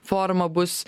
forma bus